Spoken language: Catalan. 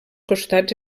costats